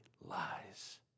lies